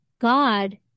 God